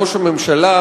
ראש הממשלה,